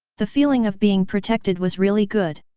the feeling of being protected was really good.